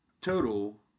total